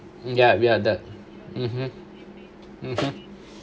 ya ya the (uh huh)